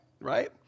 right